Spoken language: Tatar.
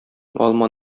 алма